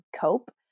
cope